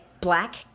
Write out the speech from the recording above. Black